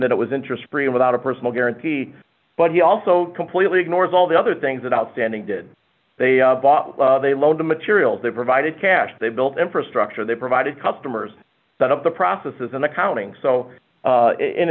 that it was interest free without a personal guarantee but he also completely ignores all the other things that outstanding did they bought they loaned the materials they provided cash they built infrastructure they provided customers set up the processes in accounting so